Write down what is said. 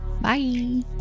Bye